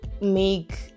make